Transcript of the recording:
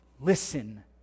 listen